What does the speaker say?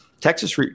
Texas